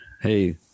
Hey